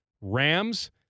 Rams